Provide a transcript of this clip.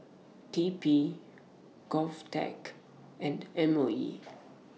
T P Govtech and M O E